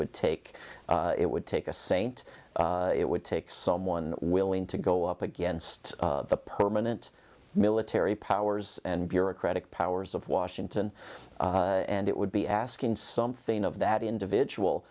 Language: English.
would take it would take a saint it would take someone willing to go up against the permanent military powers and bureaucratic powers of washington and it would be asking something of that individual